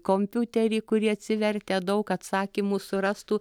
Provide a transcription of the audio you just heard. kompiuterį kurį atsivertę daug atsakymų surastų